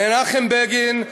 מנחם בגין,